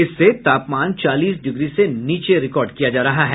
इससे तापमान चालीस डिग्री से नीचे रिकॉर्ड किया जा रहा है